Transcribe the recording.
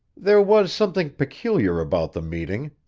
there was something peculiar about the meeting,